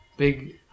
big